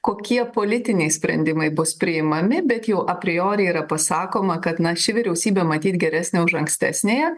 kokie politiniai sprendimai bus priimami bet jau a priori yra pasakoma kad na ši vyriausybė matyt geresnė už ankstesniąją